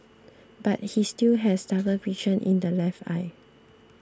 but he still has double vision in the left eye